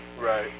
right